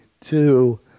two